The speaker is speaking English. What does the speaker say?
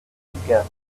together